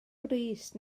brys